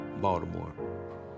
Baltimore